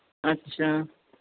ਅੱਛਾ